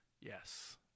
Yes